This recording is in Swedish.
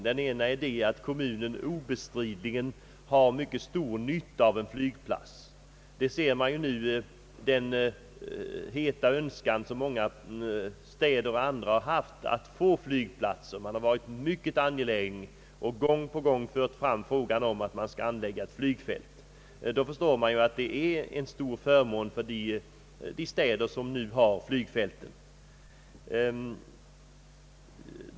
Den ena är att kommunen obestridligen har stor nytta av en flygplats — det framgår av den heta önskan som många städer och andra orter har att få en flygplats; gång på gång aktualiseras frågan om anläggning av nya flygfält, och då förstår man att det är en stor förmån att ha flygfält.